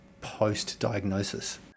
post-diagnosis